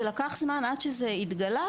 ולקח זמן עד שזה התגלה,